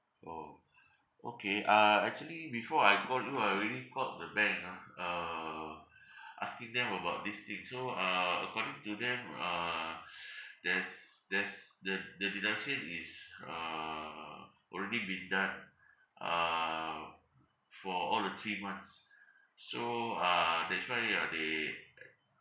orh okay uh actually before I called you I already called the bank ah uh asking them about this thing so uh according to them uh there's there's the the deduction is uh already been done uh for all the three months so uh that's why uh they